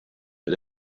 but